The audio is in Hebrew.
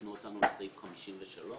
הפנו אותנו לסעיף 53,